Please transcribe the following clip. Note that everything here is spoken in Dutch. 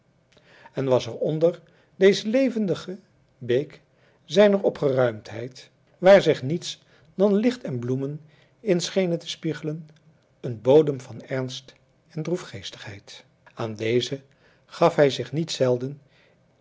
en was er onder deze levendige beek zijner opgeruimdheid waar zich niets dan licht en bloemen in schenen te spiegelen een bodem van ernst en droefgeestigheid aan deze gaf hij zich niet zelden